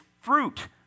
fruit